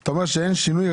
אתה אומר שאין שינוי,